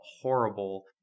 horrible